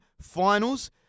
finals